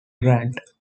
grant